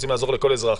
רוצים לעזור לכל אזרח,